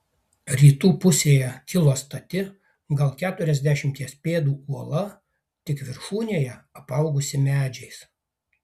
rytų pusėje kilo stati gal keturiasdešimties pėdų uola tik viršūnėje apaugusi medžiais